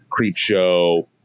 Creepshow